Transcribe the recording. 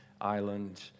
island